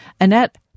Annette